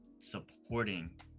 supporting